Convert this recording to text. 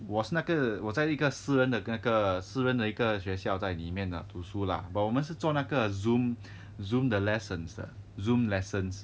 我是那个我我在一个私人的各个私人的一个学校在里面的读书啦 but 我们是做那个 zoom zoom 的 lessons 的 zoom lessons